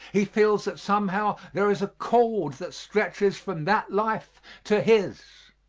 he feels that somehow there is a cord that stretches from that life to his.